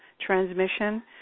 transmission